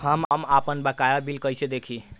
हम आपनबकाया बिल कइसे देखि?